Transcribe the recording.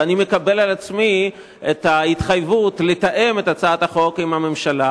ואני מקבל על עצמי את ההתחייבות לתאם את הצעת החוק עם הממשלה,